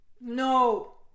No